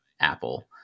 Apple